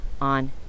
on